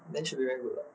then should be very good lah